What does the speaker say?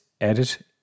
edit